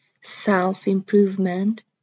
self-improvement